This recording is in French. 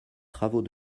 travaux